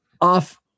off